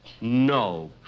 No